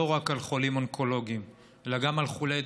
רק על חולים אונקולוגיים אלא גם על חולי דושן,